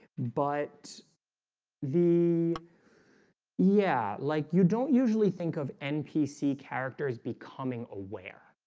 but the yeah, like you don't usually think of npc characters becoming aware.